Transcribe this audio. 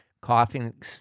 coughing